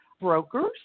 brokers